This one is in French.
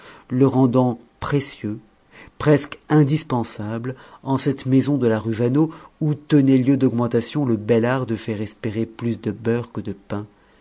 le rendant précieux presque indispensable en cette maison de la rue vaneau où tenait lieu d'augmentation le bel art de faire espérer plus de beurre que de pain